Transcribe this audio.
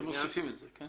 אתם מוסיפים את זה.